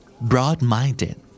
broad-minded